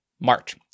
March